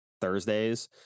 Thursdays